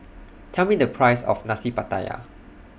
Tell Me The Price of Nasi Pattaya